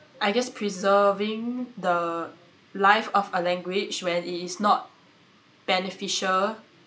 I guess preserving the life of a language when it is not beneficial